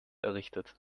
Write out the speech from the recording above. errichtet